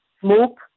smoke